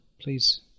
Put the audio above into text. please